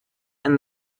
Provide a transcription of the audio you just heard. and